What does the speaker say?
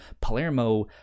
palermo